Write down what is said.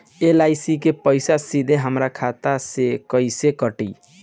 LIC के पईसा सीधे हमरा खाता से कइसे कटी?